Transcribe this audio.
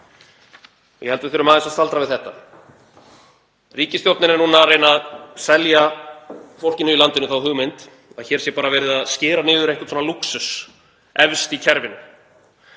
Ég held að við þurfum aðeins að staldra við þetta. Ríkisstjórnin er núna að reyna að selja fólkinu í landinu þá hugmynd að hér sé bara verið að skera niður einhvern lúxus efst í kerfinu